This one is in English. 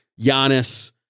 Giannis